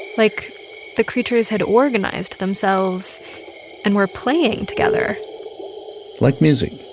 like the creatures had organized themselves and were playing together like music